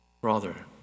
brother